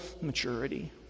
maturity